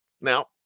Now